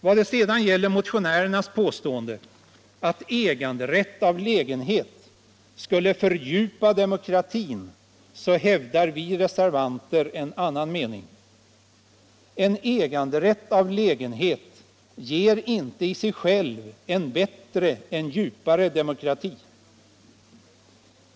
Vad sedan gäller motionärernas påstående att äganderätt av lägenhet skulle fördjupa demokratin så hävdar vi reservanter en annan mening. En äganderätt till lägenhet ger inte i sig själv en bättre, djupare demokrati.